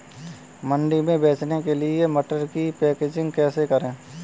मंडी में बेचने के लिए मटर की पैकेजिंग कैसे करें?